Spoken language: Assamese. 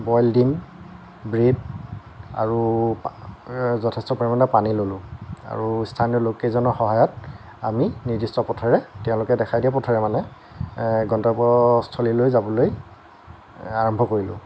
বইল ডিম ব্ৰেড আৰু যথেষ্ট পৰিমাণৰ পানী ল'লোঁ আৰু স্থানীয় লোক কেইজনৰ সহায়ত আমি নিৰ্দিষ্ট পথেৰে তেওঁলোকে দেখাই দিয়া পথেৰে মানে গন্তব্য স্থলীলৈ যাবলৈ আৰম্ভ কৰিলোঁ